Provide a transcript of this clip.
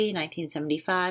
1975